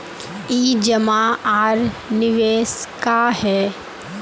ई जमा आर निवेश का है?